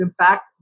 impact